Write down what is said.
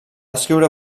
escriure